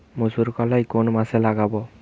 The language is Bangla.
মুসুর কলাই কোন মাসে লাগাব?